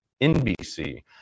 NBC